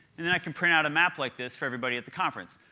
and then i can print out a map like this for everybody at the conference.